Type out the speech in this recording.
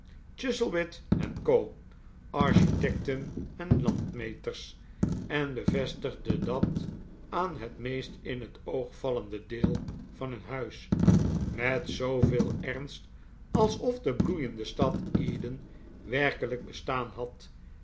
chuzzlewit en co architecten en landmeters en bevestigde dat aan het meest in het oog vallende deel van hun huis met zooveel ernst alsof de bloeiende stad eden werkelijk bestaan had